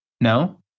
No